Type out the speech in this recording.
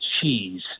cheese